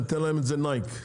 תן להם את זה נייק.